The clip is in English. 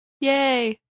Yay